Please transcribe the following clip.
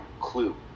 clue